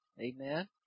Amen